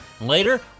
Later